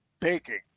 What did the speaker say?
baking